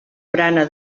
barana